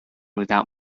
without